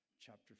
chapter